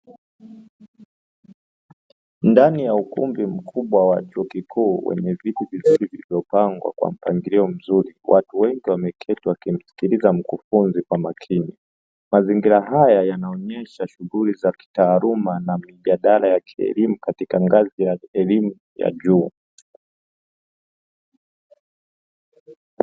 Ndani ya ukumbi mkubwa wa chuo kikuu wenye viti vizuri vilivyopangwa kwa mpangilio mzuri. Watu wengi wameketi kumsikiliza mkufunzi kwa makini. Mazingira haya yanaonyesha shughuli za kitaaluma na mjadala ya kielimu, katika ngazi ya elimu ya juu.